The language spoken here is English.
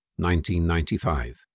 1995